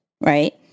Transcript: right